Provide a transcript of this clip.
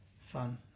fun